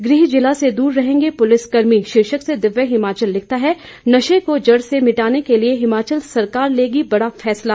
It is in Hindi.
गृह जिला से दूर रहेंगे पुलिस कर्मी शीर्षक से दिव्य हिमाचल लिखता है नशे को जड़ से मिटाने के लिए हिमाचल सरकार लेगी बड़ा फैसला